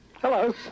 Hello